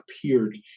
appeared